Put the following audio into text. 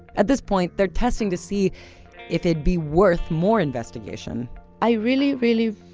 at this point, they're testing to see if it'd be worth more investigation i really, really,